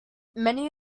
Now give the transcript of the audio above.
many